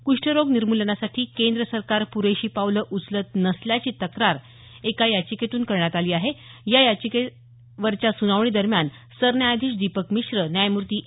क्षष्ठरोग निर्मूलनासाठी केंद्र सरकार पुरेशी पावलं उचलत नसल्याची तक्रार एका याचिकेतून करण्यात आली आहे या याचिकेवरच्या सुनावणी दरम्यान सरन्यायाधीश दीपक मिश्र न्यायमूर्ती ए